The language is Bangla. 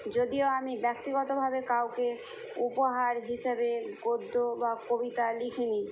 যদিও আমি ব্যক্তিগতভাবে কাউকে উপহার হিসেবে গদ্য বা কবিতা লিখি নি